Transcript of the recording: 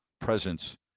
presence